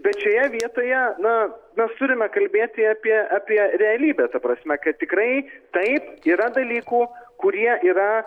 bet šioje vietoje na mes turime kalbėti apie apie realybę ta prasme kad tikrai taip yra dalykų kurie yra